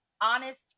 honest